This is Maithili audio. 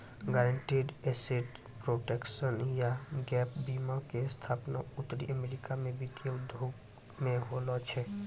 गायरंटीड एसेट प्रोटेक्शन या गैप बीमा के स्थापना उत्तरी अमेरिका मे वित्तीय उद्योग मे होलो छलै